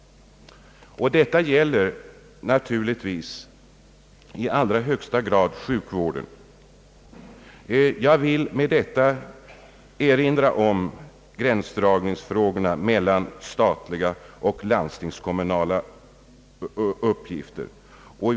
Detta gäller naturligtvis i allra högsta grad sjukvården. Jag vill med detta erinra om frågorna om gränsdragningen mellan statliga och landstingskommunala uppgifter.